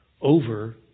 over